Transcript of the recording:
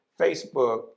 Facebook